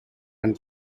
and